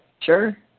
sure